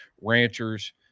ranchers